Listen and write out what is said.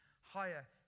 higher